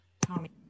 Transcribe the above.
Tommy